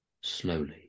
slowly